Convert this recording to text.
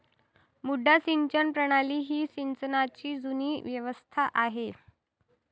मुड्डा सिंचन प्रणाली ही सिंचनाची जुनी व्यवस्था आहे